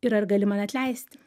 ir ar gali man atleist